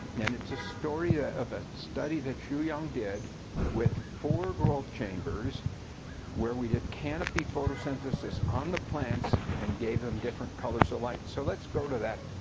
and it's a story ah of a study that shuyang did with four growth chambers where we did canopy photosynthesis on the plants and gave them different colors of light. so let's go to that